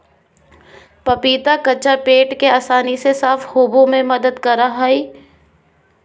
पपीता कच्चा पेट के आसानी से साफ होबे में मदद करा हइ